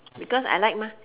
because I like mah